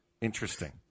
Interesting